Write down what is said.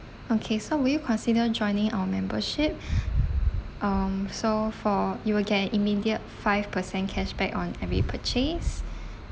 okay so will you consider joining our membership um so for you will get immediate five percent cashback on every purchase